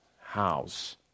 house